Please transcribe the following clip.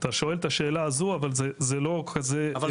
אתה שואל את השאלה הזו אבל זה לא כזה --- אבל,